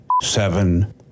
seven